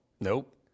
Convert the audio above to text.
Nope